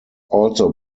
also